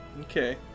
Okay